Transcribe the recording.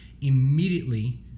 immediately